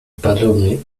подобный